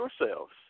yourselves